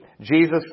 Jesus